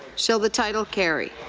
shall the title carry